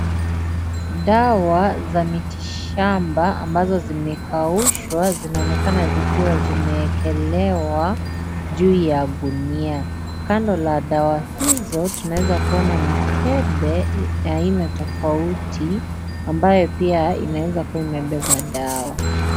Dawa za miti shamba, ambazo zimekaushwa zinaonekana zikiwa zimewekelewa juu ya gunia. Kando la dawa hizo, tunaweza kuona mikebe ya aina tofauti ambayo pia, inaweza kuwa imebeba dawa.